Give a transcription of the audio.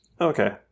Okay